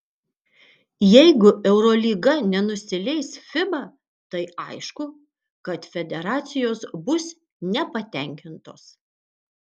jeigu eurolyga nenusileis fiba tai aišku kad federacijos bus nepatenkintos